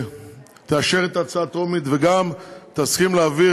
שתאשר את ההצעה הטרומית וגם תסכים להעביר